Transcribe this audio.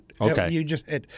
Okay